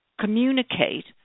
communicate